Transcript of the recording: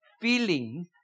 feeling